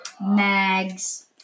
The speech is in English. Mags